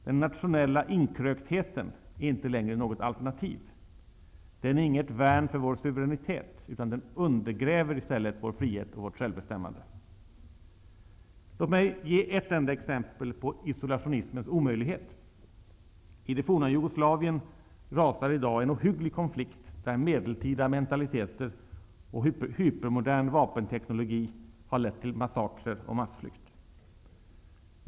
Den nationella inkröktheten är inte längre något alternativ, den är inget värn för vår suveränitet, utan den undergräver i stället vår frihet och vårt självbestämmande. Låt mig ge ett enda exempel på isolationismens omöjlighet. I det forna Jugoslavien rasar i dag en ohygglig konflikt, där medeltida mentaliteter och hypermodern vapenteknologi har lett till massakrer och massflykt.